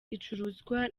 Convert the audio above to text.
icuruzwa